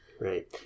Right